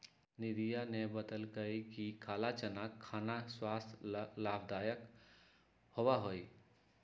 निधिया ने बतल कई कि काला चना खाना स्वास्थ्य ला लाभदायक होबा हई